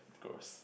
grow us